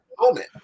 moment